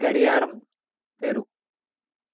గడియారం తెరువు